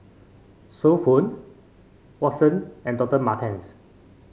So Pho Watsons and Doctor Martens